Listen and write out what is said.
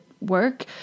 work